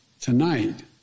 tonight